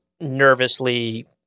nervously